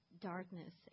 darkness